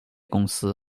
公司